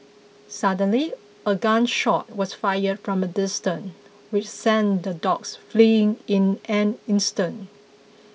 suddenly a gun shot was fired from a distance which sent the dogs fleeing in an instant